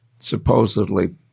supposedly